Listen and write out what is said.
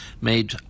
made